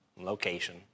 location